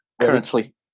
currently